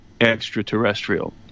extraterrestrial